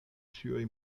ĉiuj